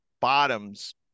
bottoms